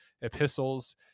epistles